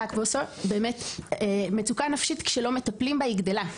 ח"כ בוסו כשלא מטפלים במצוקה נפשית היא גדלה,